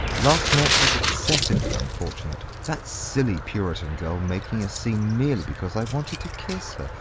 last night was excessively unfortunate. that silly puritan girl making a scene merely because i wanted to kiss her.